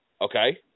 okay